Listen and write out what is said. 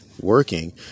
working